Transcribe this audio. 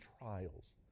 trials